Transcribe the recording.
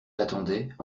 l’attendait